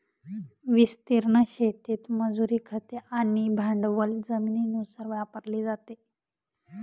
विस्तीर्ण शेतीत मजुरी, खते आणि भांडवल जमिनीनुसार वापरले जाते